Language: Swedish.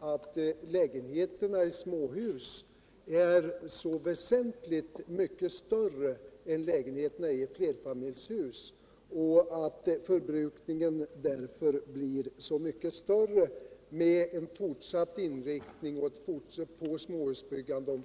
att lägenheterna i småhus är så väsentligt mycket större än lägenheterna i flerfamiljshus och att förbrukningen därför blir så mycket större med en fortsatt inriktning på småhusbyggande.